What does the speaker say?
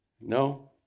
No